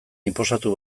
inposatu